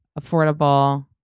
affordable